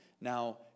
now